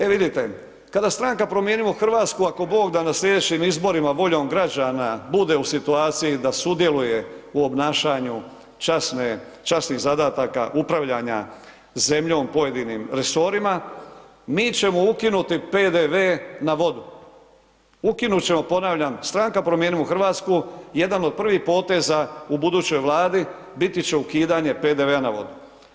E vidite, kada Stranka promijenimo Hrvatsku, ako Bog da, na slijedećim izborima, voljom građana, bude u situaciji da sudjeluje u obnašanju časnih zadataka upravljanja zemljom pojedinim resorima, mi ćemo ukinuti PDV na vodu, ukinut ćemo ponavljam, Stranka promijenimo Hrvatsku jedan od prvih poteza u budućoj Vladi biti će ukidanje PDV-a na vodu.